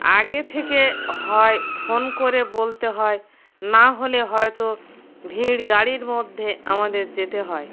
আগে থেকে হয় ফোন করে বলতে হয় না হলে হয়তো ভিড় গাড়ির মধ্যে আমাদের যেতে হয়